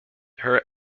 her